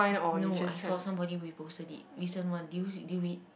no I saw somebody reposted it recent one did you did you read